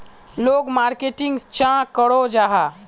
लोग मार्केटिंग चाँ करो जाहा?